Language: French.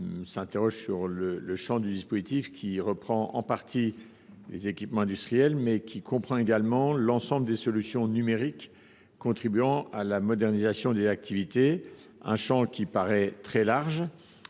s’interroger sur le champ du dispositif, qui reprend en partie les équipements industriels, mais comprend également l’ensemble des solutions numériques contribuant à la modernisation des activités commerciales.